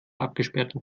abgesperrten